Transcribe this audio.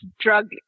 drug